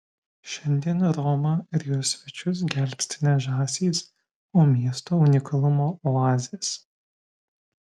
šiandien romą ir jos svečius gelbsti ne žąsys o miesto unikalumo oazės